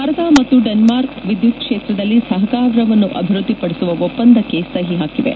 ಭಾರತ ಮತ್ತು ಡೆನ್ಮಾರ್ಕ್ ವಿದ್ಯುತ್ ಕ್ಷೇತ್ರದಲ್ಲಿ ಸಹಕಾರವನ್ನು ಅಭಿವೃದ್ಧಿಪಡಿಸುವ ಒಪ್ಪಂದಕ್ಕೆ ಪರಸ್ಪರ ಸಹಿ ಹಾಕಿವೆ